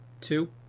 two